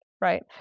right